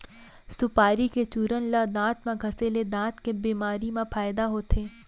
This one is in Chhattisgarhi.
सुपारी के चूरन ल दांत म घँसे ले दांत के बेमारी म फायदा होथे